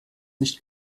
nicht